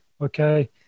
Okay